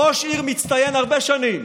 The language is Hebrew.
ראש עיר מצטיין הרבה שנים,